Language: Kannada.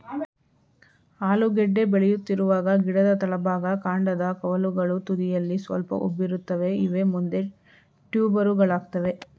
ಆಲೂಗೆಡ್ಡೆ ಬೆಳೆಯುತ್ತಿರುವಾಗ ಗಿಡದ ತಳಭಾಗ ಕಾಂಡದ ಕವಲುಗಳು ತುದಿಯಲ್ಲಿ ಸ್ವಲ್ಪ ಉಬ್ಬಿರುತ್ತವೆ ಇವೇ ಮುಂದೆ ಟ್ಯೂಬರುಗಳಾಗ್ತವೆ